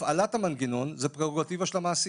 הפעלת המנגנון היא פררוגטיבה של המעסיק.